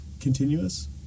continuous